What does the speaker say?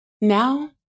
Now